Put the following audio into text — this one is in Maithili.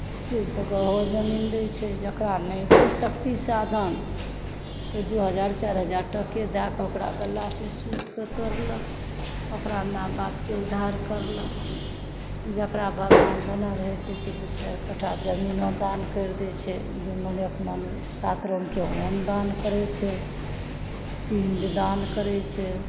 से जगहो जमीन दै छै जेकरा नहि छै शक्ति साधन तऽ दू हजार चारि हजार टके दए कऽ ओकरा गलाके सुतके तोड़लक ओकरा माय बापके उद्धार करलक जेकरा देने रहै छै भगवान जमीन दू चारि कट्ठा जमीनो दान करि दै छै सात रङ्गके अन्न दान करै छै पिण्डदान करै छै